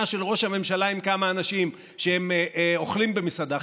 של ראש הממשלה עם כמה אנשים שהם אוכלים במסעדה,